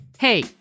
Hey